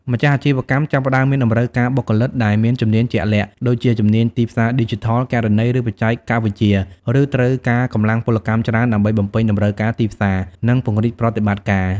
ម្ចាស់អាជីវកម្មចាប់ផ្តើមមានតម្រូវការបុគ្គលិកដែលមានជំនាញជាក់លាក់ ដូចជាជំនាញទីផ្សារឌីជីថល គណនេយ្យ ឬបច្ចេកវិទ្យា ឬត្រូវការកម្លាំងពលកម្មច្រើនដើម្បីបំពេញតម្រូវការទីផ្សារ និងពង្រីកប្រតិបត្តិការ។